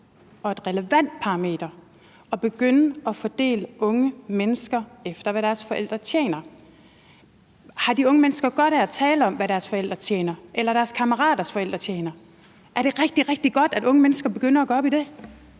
og et relevant parameter at begynde at fordele unge mennesker efter, hvad deres forældre tjener. Har de unge mennesker godt af at tale om, hvad deres forældre tjener, eller om, hvad deres kammeraters forældre tjener; er det rigtig, rigtig godt, at unge mennesker begynder at gå op i det?